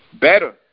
better